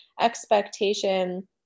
expectation